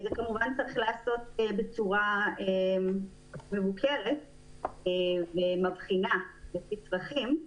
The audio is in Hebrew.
זה כמובן צריך להיעשות בצורה מבוקרת ומבחינה לפי צרכים.